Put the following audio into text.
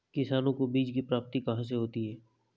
किसानों को बीज की प्राप्ति कहाँ से होती है?